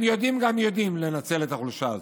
הם גם יודעים לנצל את החולשה הזו.